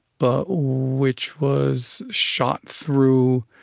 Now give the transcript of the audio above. but which was shot through,